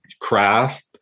craft